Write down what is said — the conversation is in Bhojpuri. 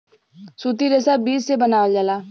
सूती रेशा बीज से बनावल जाला